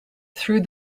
through